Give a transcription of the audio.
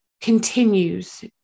continues